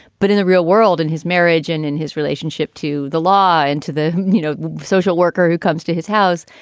but in the real world, in his marriage and in his relationship to the law and to the you know social worker who comes to his house,